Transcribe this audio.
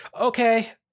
Okay